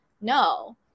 No